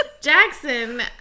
Jackson